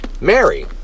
Mary